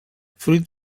fruit